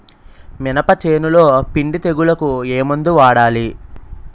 మినప చేనులో పిండి తెగులుకు ఏమందు వాడాలి?